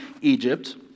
Egypt